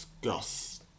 discuss